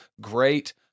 great